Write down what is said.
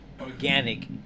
organic